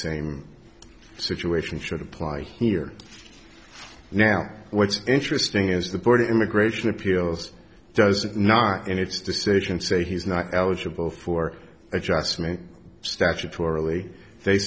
same situation should apply here now what's interesting is the board of immigration appeals does it not in its decision say he's not eligible for adjustment statutorily they